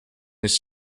this